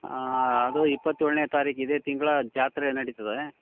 ಹಾಂ ಅದು ಇಪ್ಪತ್ತೇಳನೇ ತಾರೀಕು ಇದೇ ತಿಂಗಳು ಜಾತ್ರೆ ನಡೀತದೆ